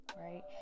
right